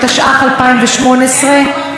התשע"ח 2018,